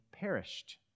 perished